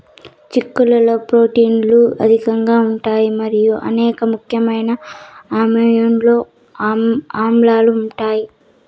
చిక్కుళ్లలో ప్రోటీన్లు అధికంగా ఉంటాయి మరియు అనేక ముఖ్యమైన అమైనో ఆమ్లాలు ఉంటాయి